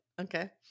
Okay